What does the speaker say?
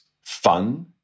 fun